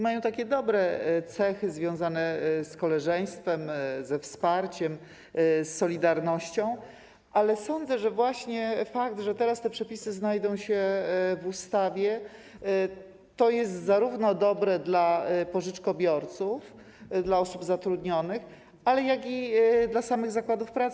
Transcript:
Mają takie dobre cechy związane z koleżeństwem, ze wsparciem, z solidarnością, ale sądzę, że fakt, że teraz te przepisy znajdą się w ustawie, jest zarówno dobre dla pożyczkobiorców, dla osób zatrudnionych, jak i dla samych zakładów pracy.